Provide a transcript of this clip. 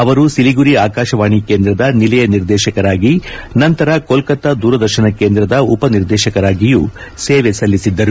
ಅವರು ಸಿಲಿಗುರಿ ಆಕಾಶವಾಣಿ ಕೇಂದ್ರದ ನಿಲಯ ನಿರ್ದೇಶಕರಾಗಿ ನಂತರ ಕೋಲ್ನತ್ತಾ ದೂರದರ್ಶನ ಕೇಂದ್ರದ ಉಪನಿರ್ದೇಶಕರಾಗಿಯೂ ಸೇವೆ ಸಲ್ಲಿಸಿದ್ಗರು